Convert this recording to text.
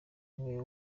niwe